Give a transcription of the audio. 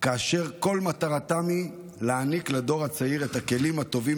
כאשר כל מטרתם היא להעניק לדור הצעיר את הכלים הטובים